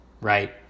right